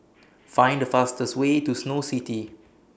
Find The fastest Way to Snow City